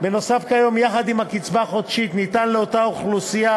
יחד עם הקצבה החודשית ניתן לאותה אוכלוסייה